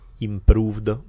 improved